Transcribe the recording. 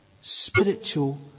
spiritual